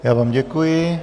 Já vám děkuji.